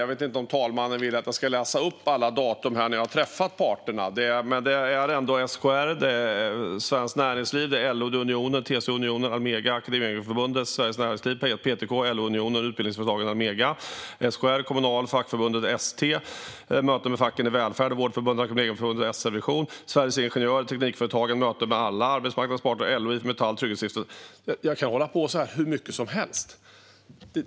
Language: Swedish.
Jag vet inte om talmannen vill att jag ska läsa upp alla datum då jag har träffat parterna, men det handlar om möten med SKR, Svenskt Näringsliv, LO, Unionen, TCO, Akademikerförbundet SSR, PTK, Almega Utbildningsföretagen, Kommunal, Fackförbundet ST, facken i välfärd, Vårdförbundet, Vision, Sveriges Ingenjörer, Teknikföretagen, alla arbetsmarknadens parter, IF Metall, Trygghetsrådet - jag kan hålla på hur länge som helst.